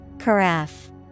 Carafe